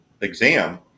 exam